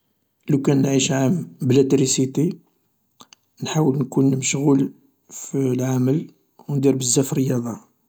لوكان نعيش عام بلا تريسيتي نحاول نكون مشغول في العمل و ندير بزاف رياضة